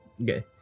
okay